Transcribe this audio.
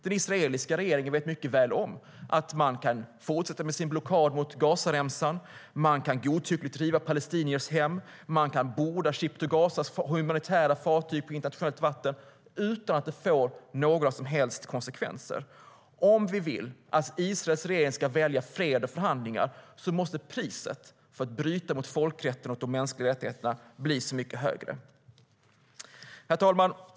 Den israeliska regeringen vet mycket väl att man kan fortsätta med sin blockad mot Gazaremsan, kan riva palestiniers hem godtyckligt och kan borda Ship to Gazas humanitära fartyg på internationellt vatten utan att det får några som helst konsekvenser. Om vi vill att Israels regering ska välja fred och förhandlingar måste priset för att bryta mot folkrätten och de mänskliga rättigheterna bli mycket högre. Herr talman!